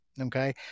Okay